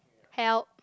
help